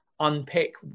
unpick